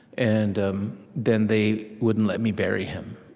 and then, they wouldn't let me bury him.